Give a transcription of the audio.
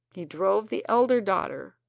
he drove the elder daughter,